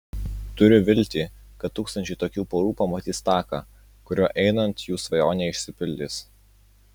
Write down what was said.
turiu viltį kad tūkstančiai tokių porų pamatys taką kuriuo einant jų svajonė išsipildys